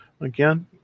again